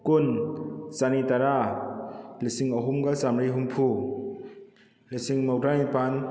ꯀꯨꯟ ꯆꯅꯤ ꯇꯔꯥ ꯂꯤꯁꯤꯡ ꯑꯍꯨꯝꯒ ꯆꯥꯃꯔꯤ ꯍꯨꯝꯐꯨ ꯂꯤꯁꯤꯡ ꯃꯧꯗ꯭ꯔꯥꯏꯅꯤꯄꯥꯟ